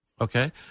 okay